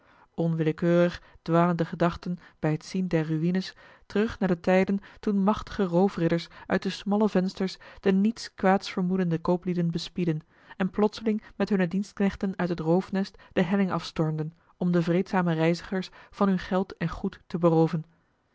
onwillekeurig dwalen de gedachten bij het zien der ruïnes terug naar de tijden toen machtige roofridders uit de smalle vensters de niets kwaads vermoedende kooplieden bespiedden en plotseling met hunne dienstknechten uit het roofnest de helling afstormden om de vreedzame reizigers van hun geld en goed te berooven